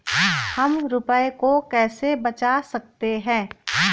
हम रुपये को कैसे बचा सकते हैं?